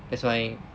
that's why